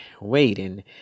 waiting